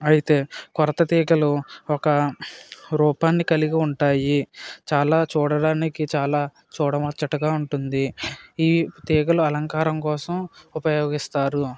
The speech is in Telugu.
అయితే కొరత తీగలు ఒక రూపాన్ని కలిగి ఉంటాయి చాలా చూడడానికి చాలా చూడముచ్చటగా ఉంటుంది ఈ తీగలు అలంకారం కోసం ఉపయోగిస్తారు